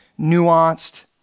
nuanced